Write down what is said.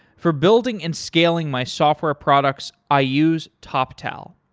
for building and scaling my software products i use toptal.